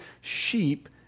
sheep